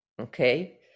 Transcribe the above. okay